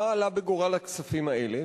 מה עלה בגורל הכספים האלה?